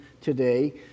today